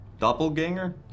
Doppelganger